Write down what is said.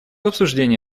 обсуждение